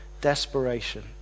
desperation